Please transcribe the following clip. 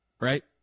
Right